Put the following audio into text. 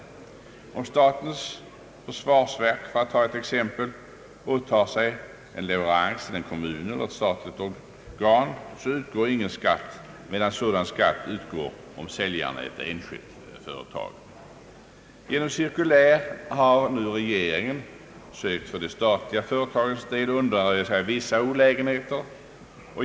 Om t.ex. statens försvarsverk åtar sig en leverans till en kommun eller ett statligt organ, utgår ingen skatt. Däremot utgår sådan skatt, om säljaren är ett enskilt företag. Genom cirkulär har regeringen nu sökt för de statliga företagens del undanröja vissa olägenheter.